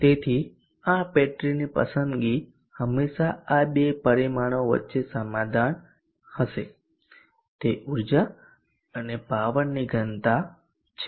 તેથી આ બેટરીની પસંદગી હંમેશાં આ બે પરિમાણો વચ્ચે સમાધાન હશે તે ઊર્જા અને પાવરની ઘનતા છે